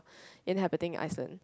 inhabiting Iceland